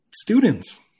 students